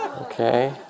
Okay